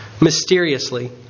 mysteriously